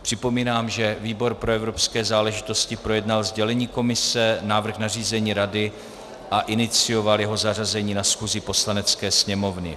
Připomínám, že výbor pro evropské záležitosti projednal sdělení Komise, návrh nařízení Rady a inicioval jeho zařazení na schůzi Poslanecké sněmovny.